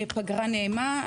פגרה נעימה,